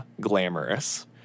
glamorous